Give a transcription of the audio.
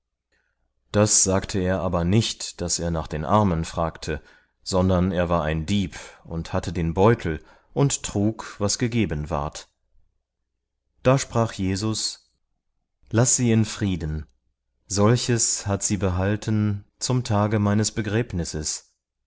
das sagte er aber nicht daß er nach den armen fragte sondern er war ein dieb und hatte den beutel und trug was gegeben ward da sprach jesus laß sie in frieden solches hat sie behalten zum tage meines begräbnisses